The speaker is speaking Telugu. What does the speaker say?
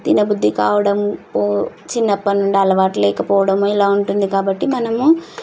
తినబుద్ధి కావడం చిన్నప్పటి నుండి అలవాటు లేకపోవడం ఇలా ఉంటుంది కాబట్టి మనము